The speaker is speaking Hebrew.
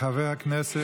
חבר הכנסת